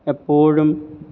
എപ്പോഴും